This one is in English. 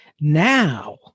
Now